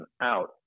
out